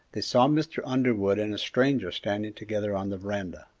they saw mr. underwood and a stranger standing together on the veranda.